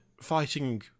fighting